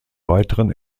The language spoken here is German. weiteren